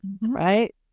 right